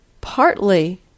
Partly